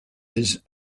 his